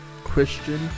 christian